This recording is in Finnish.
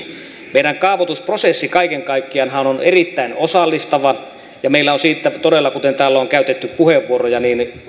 meidän kaavoitusprosessimme kaiken kaikkiaanhan on erittäin osallistava ja meillä on siitä todella kuten täällä on käytetty puheenvuoroja